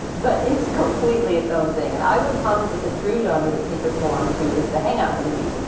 but it's completely its own thing. and i would posit that the true genre that sneakers belongs to is the hang up movie.